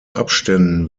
abständen